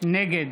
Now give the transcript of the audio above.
נגד